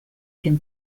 can